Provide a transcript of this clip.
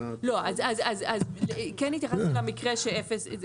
כן התייחסתי למקרה שאפס.